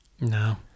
No